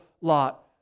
lot